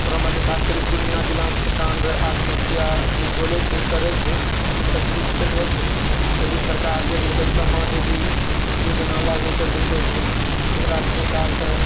खास कए कऽ पुर्णियाँ जिलामे किसान र आत्महत्या जे बोलैत छै करैत छै ओसभ चीज तऽ नहि छै अभी सरकार दऽ दलको छै सम्मान निधि योजना लागू करि देलको छै ओकरासँ सरकारकेँ